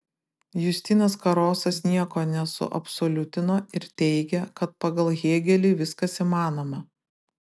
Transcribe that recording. justinas karosas nieko nesuabsoliutino ir teigė kad pagal hėgelį viskas įmanoma